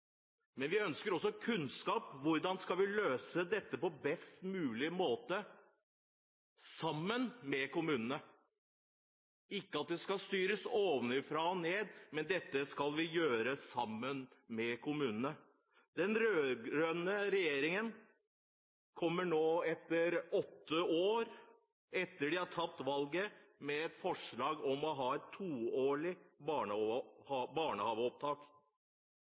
Men vi ønsker også kunnskap om hvordan vi skal løse dette på best mulig måte sammen med kommunene – ikke at det skal styres ovenfra og ned. Dette skal vi gjøre sammen med kommunene. De rød-grønne kommer nå – etter åtte år i regjering, etter at de har tapt valget – med et forslag om å ha to årlige barnehageopptak.